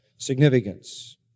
Significance